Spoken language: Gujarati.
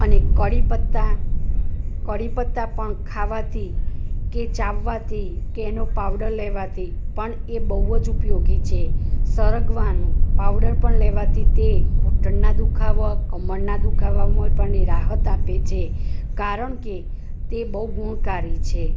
અને કઢી પત્તા કઢી પત્તા પણ ખાવાથી કે ચાવવાથી કે એનો પાવડર લેવાથી પણ એ બહું જ ઉપયોગી છે સરગવાનો પાવડર પણ લેવાથી તે ઘૂંટણના દુખાવા કમરનાં દુખાવામાં પણ એ રાહત આપે છે કારણ કે તે બહું ગુણકારી છે